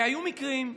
היו מקרים,